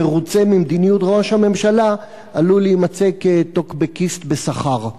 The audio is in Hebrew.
מרוצה ממדיניות ראש הממשלה עלול להימצא כטוקבקיסט בשכר.